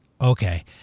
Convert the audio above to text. okay